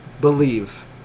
believe